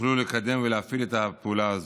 ויוכלו לקדם ולהפעיל את הפעולה הזאת.